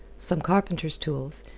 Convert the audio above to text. some carpenter's tools,